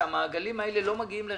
שהמעגלים האלה לא מגיעים לרצח,